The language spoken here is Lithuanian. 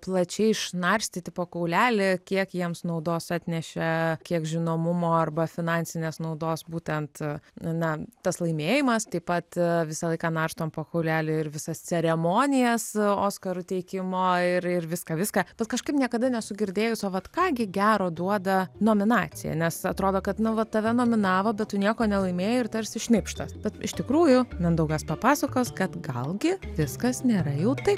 plačiai išnarstyti po kaulelį kiek jiems naudos atnešė kiek žinomumo arba finansinės naudos būtent na tas laimėjimas taip pat visą laiką narstom po kaulelį ir visas ceremonijas oskarų teikimo ir ir viską viską bet kažkaip niekada nesu girdėjus o vat ką gi gero duoda nominacija nes atrodo kad nu vat tave nominavo bet tu nieko nelaimėjo ir tarsi šnipštas bet iš tikrųjų mindaugas papasakos kad gal gi viskas nėra jau taip